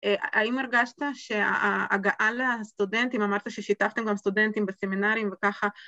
‫האם הרגשת שהגעה לסטודנטים, ‫אמרת ששיתפתם גם סטודנטים בסמינרים וככה?